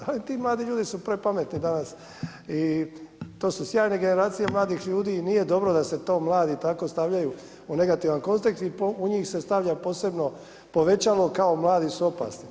Ali ti mladi ljudi su prepametni danas i to su sjajne generacije mladih ljudi i nije dobro da se mladi tako stavljaju u negativan kontekst i u njih se stavlja posebno povećalo kao mladi su opasni.